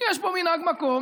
יש פה מנהג מקום,